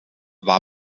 war